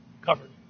covered